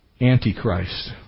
antichrist